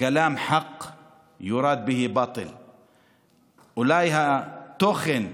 (אומר בערבית ומתרגם:) אולי התוכן נכון,